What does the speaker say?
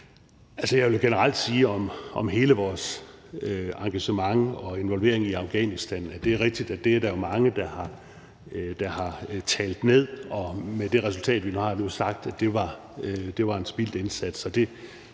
Jeg vil jo generelt sige om hele vores engagement og involvering i Afghanistan, at det er rigtigt, at det er der mange der har talt ned, og med det resultat, vi har nu, sagt, at det var en spildt indsats,